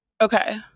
Okay